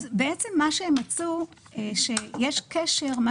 הם מצאו שיש קשר של